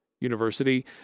University